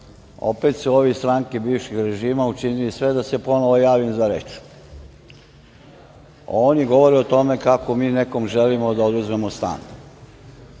su ovi iz stranke bivšeg režima učinili sve da se ponovo javim za reč. Oni govore o tome kako mi nekome želimo da oduzmemo stan.